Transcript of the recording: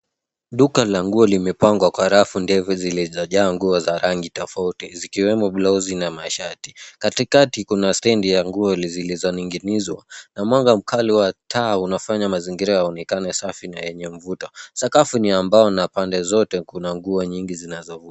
Duka la nguo limepangwa kwa rafu ndefu zilizojaa nguo za rangi tofauti, zikiwemo blauzi na mashati. Katikati kuna stendi ya nguo zilizoning'inizwa, na mwanga mkali wa taa unafanya mazingira yaonekane safi na yenye mvuto. Sakafu ni ya mbao na kuna pande zote nguo nyingi zinazovu...